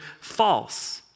false